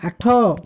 ଆଠ